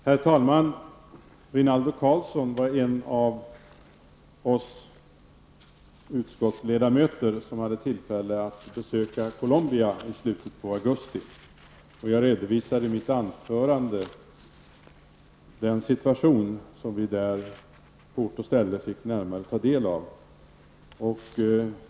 Herr talman! Rinaldo Karlsson var en av de utskottsledamöter som hade tillfälle att besöka Colombia i slutet av augusti. Jag redovisade i mitt anförande den situation som vi där på ort och ställe närmare fick ta del av.